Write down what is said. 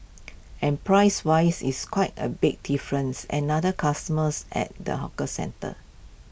and prices wise it's quite A big difference another customers at the hawker centre